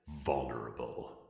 vulnerable